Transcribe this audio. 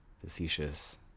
facetious